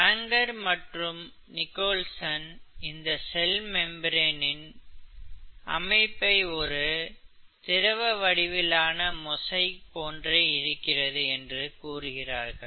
சங்கர் மற்றும் நிக்கல்சன் இந்த cell membrane இன் அமைப்பை ஒரு திரவ வடிவிலான மொசைக் போன்றே இருக்கிறது என்று கூறுகிறார்கள்